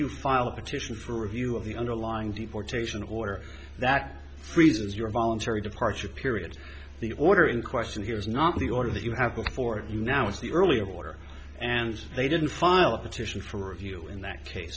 you file a petition for review of the underlying deportation order that freezes your voluntary departure period the order in question here is not the order that you have before you now it's the earlier border and they didn't file a petition for review in that case